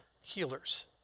healers